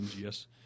Yes